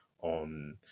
on